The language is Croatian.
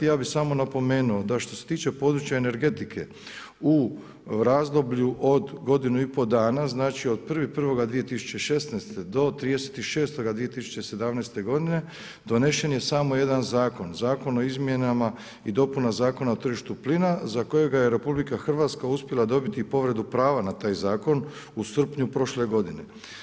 Ja bi samo napomenuo, da što se tiče područja energetike u razdoblju od godinu i pol dana, znači od 1.1.2016. do trideset i šestoga 2017. g. donesen je samo 1 zakon, Zakon o izmjenama i dopuna Zakona o tržištu plina, za kojega je RH uspjela dobiti i povredu prava na taj zakon u srpnju prošle godine.